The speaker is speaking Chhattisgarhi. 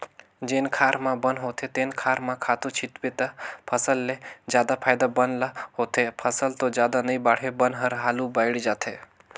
जेन खार म बन होथे तेन खार म खातू छितबे त फसल ले जादा फायदा बन ल होथे, फसल तो जादा नइ बाड़हे बन हर हालु बायड़ जाथे